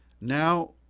now